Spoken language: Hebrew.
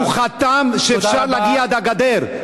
הוא חתם שאפשר להגיע עד הגדר.